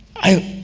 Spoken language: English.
i